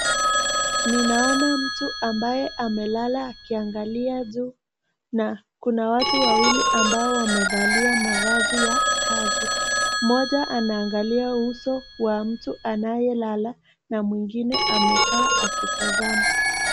Ninaona mtu ambayo amelala akiangalia juu, na kuna watu wawili ambao wamevalia mavazi ya kazi, moja anaangalia uso wa anayelala na mwingine amekaa akitazama.